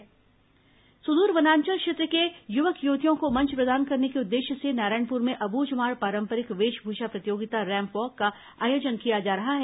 Abujhmarh ramp walk सुदूर वनांचल क्षेत्र के युवक युवतियों को मंच प्रदान करने के उद्देश्य से नारायणपुर में अबूझमाड़ पारंपरिक वेशभूषा प्रतियोगिता रैम्प वॉक का आयोजन किया जा रहा है